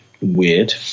weird